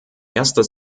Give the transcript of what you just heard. erster